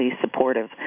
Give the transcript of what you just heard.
supportive